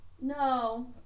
No